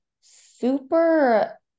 super